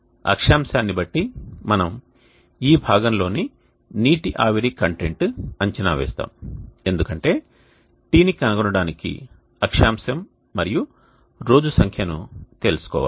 అక్షాంశాన్ని బట్టి మనము ఈ భాగం లోని నీటి ఆవిరి కంటెంట్ అంచనా వేస్తాము ఎందుకంటే τ ని కనుగొనడానికి అక్షాంశం మరియు రోజు సంఖ్యను తెలుసుకోవాలి